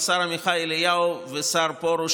השר עמיחי אליהו והשר פרוש,